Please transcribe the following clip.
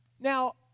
Now